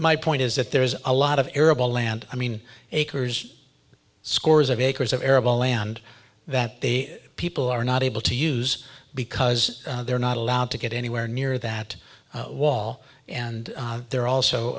my point is that there is a lot of arable land i mean acres scores of acres of arable land that the people are not able to use because they're not allowed to get anywhere near that wall and they're also